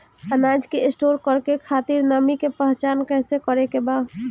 अनाज के स्टोर करके खातिर नमी के पहचान कैसे करेके बा?